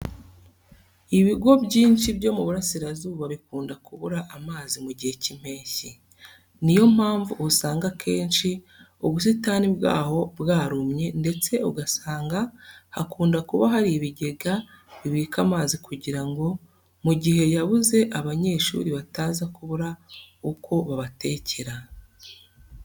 Ibigo byinshi byo mu Burasirazuba bikunda kubura amazi mu gihe cy'Impeshyi. Ni yo mpamvu usanga akenshi ubusitani bwaho bwarumye ndetse ugasanga hakunda kuba hari ibigega bibika amazi kugira ngo mu gihe yabuze abanyeshuri bataza kubura uko babatekera.